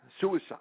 suicide